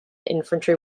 infantry